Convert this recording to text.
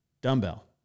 Dumbbell